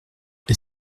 est